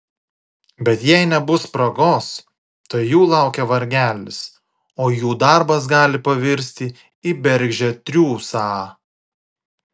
bet jei nebus spragos tai jų laukia vargelis o jų darbas gali pavirsti į bergždžią triūsą